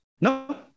no